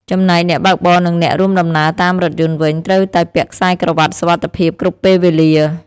ចំណែកអ្នកបើកបរនិងអ្នករួមដំណើរតាមរថយន្តវិញ ត្រូវតែពាក់ខ្សែក្រវាត់សុវត្ថិភាពគ្រប់ពេលវេលា។